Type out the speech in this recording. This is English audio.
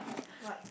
what